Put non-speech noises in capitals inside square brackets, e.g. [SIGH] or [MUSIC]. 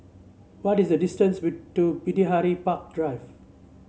what is the distance [UNINTELLIGIBLE] to Bidadari Park Drive